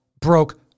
broke